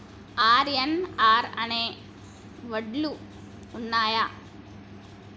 RNR అనే వడ్లు ఉన్నయా?